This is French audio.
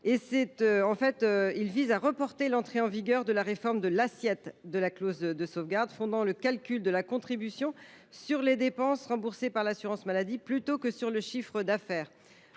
médicaments. Il vise à reporter l’entrée en vigueur de la réforme de l’assiette de la clause de sauvegarde, fondant le calcul de la contribution sur les dépenses remboursées par l’assurance maladie plutôt que sur le chiffre d’affaires.